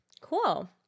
Cool